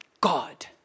God